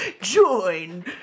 join